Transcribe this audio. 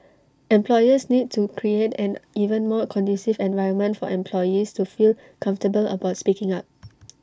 employers need to create an even more conducive environment for employees to feel comfortable about speaking up